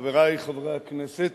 חברי חברי הכנסת,